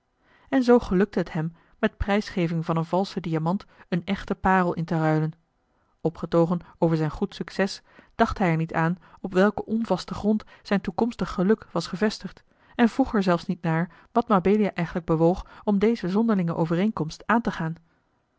en zoo gelukte het hem met pnjsgeving van een valschen diamant eene echte parel in te ruilen opgetuigen over zijn goed succès dacht hij er niet aan op welken onvasten grond zijn toekomstig geluk was gevestigd en vroeg er zelfs niet naar wat mabelia eigenlijk bewoog om deze zonderlinge overeenkomst aan te gaan